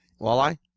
Walleye